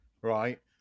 right